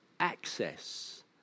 Access